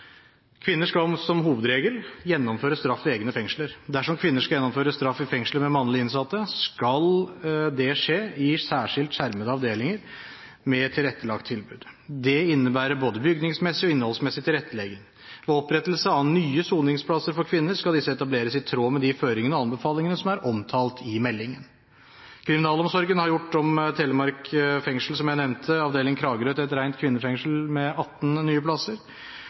Kvinner skal som hovedregel gjennomføre straff ved egne fengsler. Dersom kvinner skal gjennomføre straff i fengsler med mannlige innsatte, skal det skje i særskilt skjermede avdelinger med tilrettelagt tilbud. Det innebærer både bygningsmessig og innholdsmessig tilrettelegging. Ved opprettelse av nye soningsplasser for kvinner skal disse etableres i tråd med de føringene og anbefalingene som er omtalt i meldingen. Kriminalomsorgen har, som jeg nevnte, gjort om Telemark fengsel, Kragerø avdeling til et rent kvinnefengsel med 18 nye plasser.